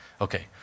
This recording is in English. okay